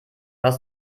aus